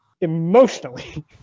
Emotionally